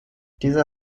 dieser